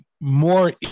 more